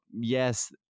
Yes